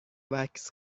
وکس